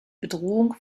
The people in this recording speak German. bedrohung